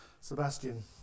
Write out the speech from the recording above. Sebastian